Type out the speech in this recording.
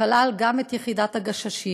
כלל גם את יחידת הגששים.